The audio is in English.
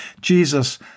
Jesus